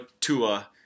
Tua